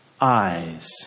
eyes